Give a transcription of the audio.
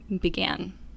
began